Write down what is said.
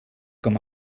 com